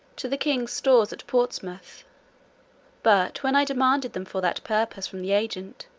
to the king's stores at portsmouth but, when i demanded them for that purpose from the agent,